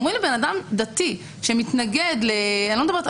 הולכים לאדם דתי שמתנגד- -- אני חייבת לתקן.